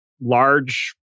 large